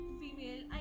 female